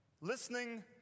listening